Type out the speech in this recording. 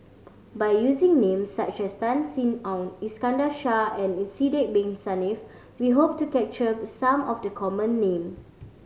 by using names such as Tan Sin Aun Iskandar Shah and Sidek Bin Saniff we hope to capture some of the common name